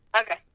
Okay